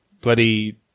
Bloody